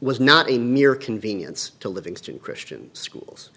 was not a mere convenience to livingston christian schools